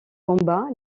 combat